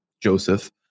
Joseph